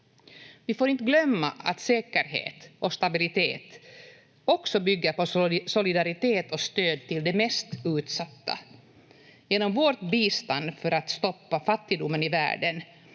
Vi får inte glömma att säkerhet och stabilitet också bygger på solidaritet och stöd till de mest utsatta. Genom vårt bistånd för att stoppa fattigdomen i världen